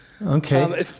Okay